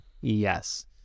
yes